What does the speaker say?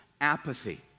apathy